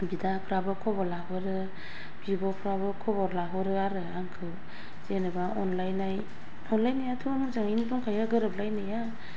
बिदाफ्राबो खबर लाहरो बिब'फ्राबो खबर लाहरो आरो आंखौ जेनेबा अनलायनाय अनलायनायथ' मोजाङैनो दंखायो गोरोब लायनाया